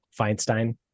Feinstein